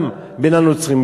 גם בין הנוצרים,